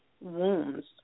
wounds